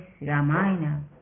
Ramayana